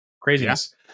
craziness